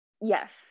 Yes